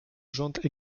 rząd